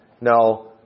no